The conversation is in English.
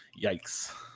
yikes